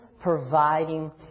providing